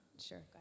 Sure